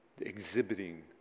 exhibiting